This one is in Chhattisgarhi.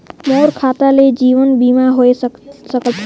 मोर खाता से जीवन बीमा होए सकथे?